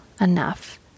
enough